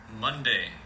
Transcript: Monday